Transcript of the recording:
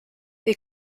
they